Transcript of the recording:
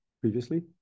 previously